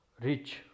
rich